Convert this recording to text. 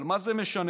אבל מה זה משנה?